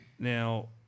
Now